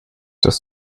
dass